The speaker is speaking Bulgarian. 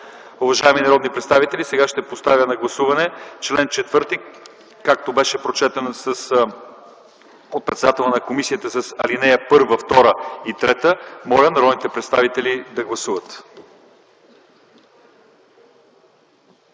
Уважаеми народни представители, сега ще поставя на гласуване чл. 4, както беше прочетен от председателя на комисията с ал. 1, 2 и 3. Моля народните представители да гласуват.